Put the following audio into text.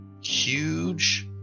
huge